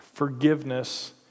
Forgiveness